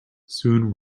soon